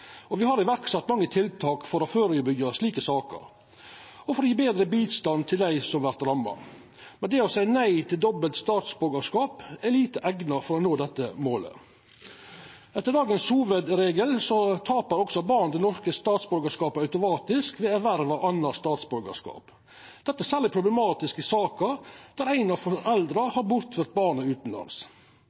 på. Vi har sett i verk mange tiltak for å førebyggja slike saker og for å gje betre bistand til dei som vert ramma. Det å seia nei til dobbelt statsborgarskap er lite eigna for å nå dette målet. Etter dagens hovudregel tapar også barn det norske statsborgarskapet automatisk ved erverv av anna statsborgarskap. Dette er særleg problematisk i saker der ein av foreldra har bortført barnet utanlands.